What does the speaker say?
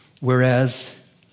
whereas